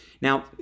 Now